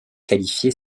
qualifier